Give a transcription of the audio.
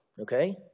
okay